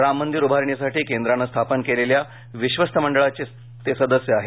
राम मंदिर उभारणीसाठी केंद्राने स्थापन केलेल्या विश्वस्त मंडळाचे ते सदस्य आहेत